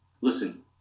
listen